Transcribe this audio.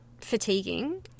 fatiguing